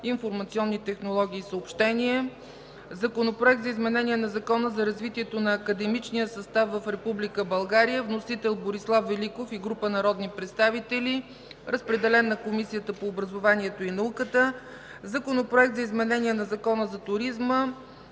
информационни технологии и съобщения. Законопроект за изменение на Закона за развитието на академичния състав в Република България. Вносители – Борислав Великов и група народни представители. Водеща – Комисия по образованието и науката. Законопроект за изменение на Закона за туризма.